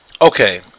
Okay